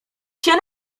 się